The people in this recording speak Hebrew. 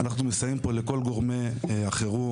אנחנו מסייעים פה לכל גורמי החירום,